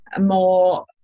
more